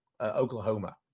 Oklahoma